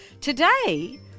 Today